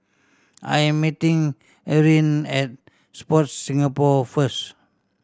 I am meeting Eryn at Sport Singapore first